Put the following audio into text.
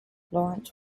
lawrence